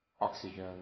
oxygen